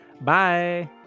Bye